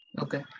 Okay